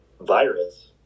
virus